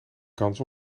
kans